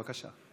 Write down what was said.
בבקשה.